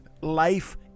life